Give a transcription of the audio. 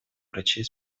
врачей